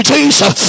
Jesus